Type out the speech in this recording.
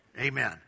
Amen